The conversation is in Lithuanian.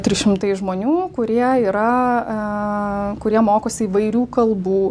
trys šimtai žmonių kurie yra kurie mokosi įvairių kalbų